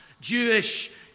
Jewish